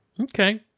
okay